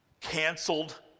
canceled